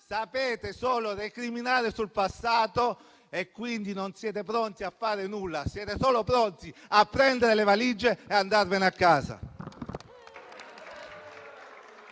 Sapete solo recriminare sul passato e non siete pronti a fare nulla. Siete solo pronti a prendere le valigie e andarvene a casa!